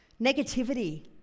negativity